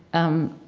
um,